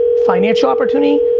financial opportunity,